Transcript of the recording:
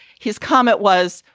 his comment was,